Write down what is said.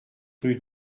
rue